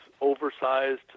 oversized